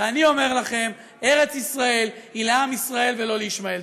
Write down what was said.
ואני אומר לכם: ארץ ישראל היא לעם ישראל ולא לישמעאל.